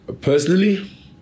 Personally